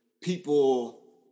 people